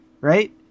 right